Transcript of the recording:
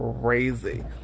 crazy